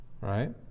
Right